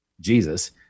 Jesus